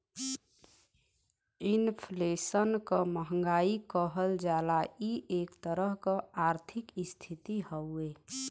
inflation क महंगाई कहल जाला इ एक तरह क आर्थिक स्थिति हउवे